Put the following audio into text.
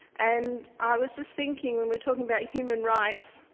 and i was just thinking we were talking about human rights.